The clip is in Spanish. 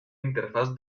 interfaz